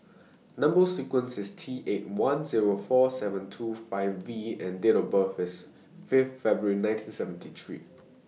Number sequence IS T eight one Zero four seven two five V and Date of birth IS Fifth February nineteen seventy three